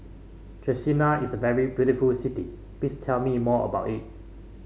Chisinau is a very beautiful city please tell me more about it